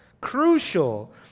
crucial